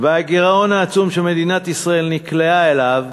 והגירעון העצום שמדינת ישראל נקלעה אליו